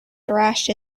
thrashed